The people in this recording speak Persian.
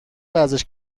ورزش